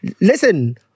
listen